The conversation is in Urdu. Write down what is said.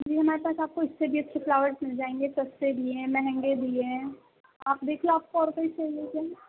جی ہمارے پاس آپ کو اس سے بھی اچھے فلاورس مل جائیں گے سستے بھی ہیں مہنگے بھی ہیں آپ دیکھیے آپ کو اور کوئی چاہیے کیا